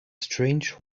strange